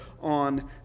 on